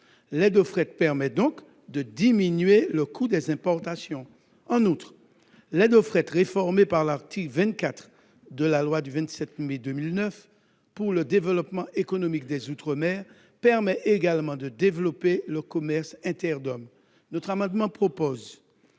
L'aide au fret permet donc de diminuer le coût des importations. En outre, réformée par l'article 24 de la loi du 27 mai 2009 pour le développement économique des outre-mer, elle permet de développer le commerce inter-DOM. Cet amendement vise